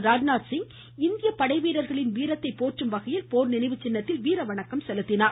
ராஜ்நாத்சிங் இந்திய படைவீரர்களின் வீரத்தை போற்றும் வகையில் போர் நினைவு சின்னத்தில் வீர வணக்கம் செலுத்தினார்